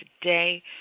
today